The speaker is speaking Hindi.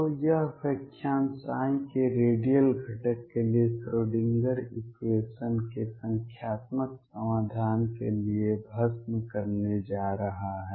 तो यह व्याख्यान के रेडियल घटक के लिए श्रोडिंगर इक्वेशन के संख्यात्मक समाधान के लिए भस्म करने जा रहा है